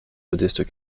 modestes